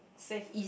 safe